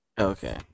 Okay